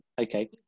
okay